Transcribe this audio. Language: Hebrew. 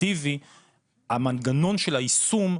אפקטיבי המנגנון של היישום,